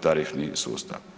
tarifni sustav.